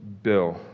Bill